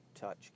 touch